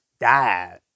died